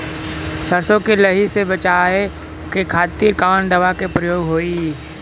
सरसो के लही से बचावे के खातिर कवन दवा के प्रयोग होई?